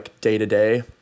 day-to-day